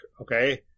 Okay